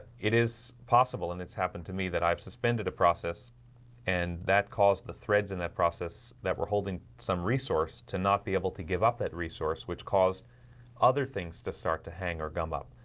it is possible and it's happened to me that i've suspended a process and that caused the threads in that process that we're holding some resource to not be able to give up that resource which caused other things to start to hang or gum up.